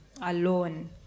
alone